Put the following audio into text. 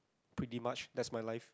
pretty much that's my life